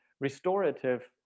restorative